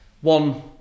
one